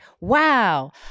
Wow